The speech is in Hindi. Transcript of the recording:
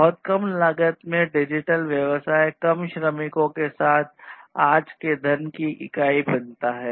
बहुत कम लागत में डिजिटल व्यवसाय कम श्रमिकों के साथ आज के धन की इकाई बनाता है